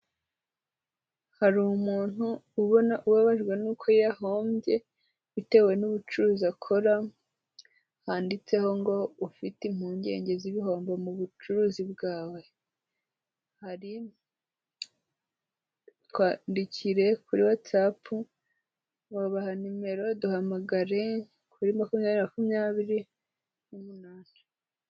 Hari umuntu ubona ubabajwe n'uko yahombye bitewe n'ubucuruzi akora, handitseho ngo ufite impungenge z'ibihombo mu bucuruzi bwawe, hari twandikire kuri Whatsapp, wabaha nimero, duhamagare kuri makumyabiri makumyabiri n'umunani.